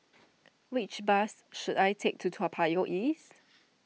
which bus should I take to Toa Payoh East